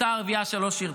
אותה ערבייה שלא שירתה.